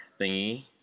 thingy